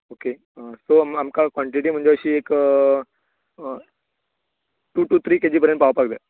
okay so आमकां quantity म्हणजे अशी एक टू टू त्री केजी मेरेन पावपाक जाय